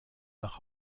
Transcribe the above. nach